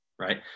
right